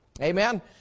Amen